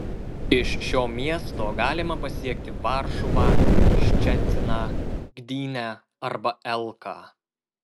iš šio miesto galima pasiekti varšuvą ščeciną gdynę arba elką